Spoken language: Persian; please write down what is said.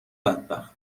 بدبخت